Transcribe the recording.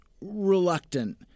reluctant